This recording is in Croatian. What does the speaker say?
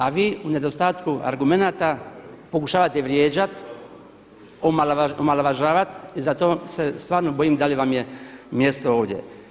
A vi u nedostatku argumenata pokušavate vrijeđati, omalovažavati i zato se stvarno bojim da li vam je mjesto ovdje.